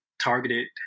targeted